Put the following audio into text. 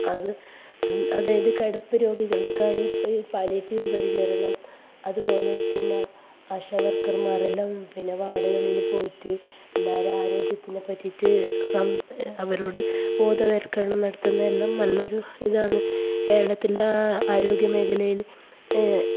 അത് അതായത് കിടപ്പുരോഗികൾക്കായി പാലിയേറ്റീവ് പരിചരണം അതുപോലെ പിന്നെ ആശാവർക്കർമാരെല്ലാം പിന്നെ വാർഡുകളിൽ പോയിട്ട് എല്ലാവരും ആരോഗ്യത്തെ പറ്റിയിട്ട് അവരോട് ബോധവൽക്കരണം നടത്തുന്നതെല്ലാം നല്ലൊരു ഇതാണ് കേരളത്തിൻ്റെ ആരോഗ്യ മേഖലയിൽ